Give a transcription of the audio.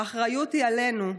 האחריות היא עלינו,